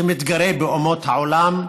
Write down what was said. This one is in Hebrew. שמתגרה באומות העולם.